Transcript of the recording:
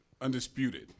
Undisputed